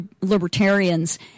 libertarians